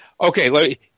Okay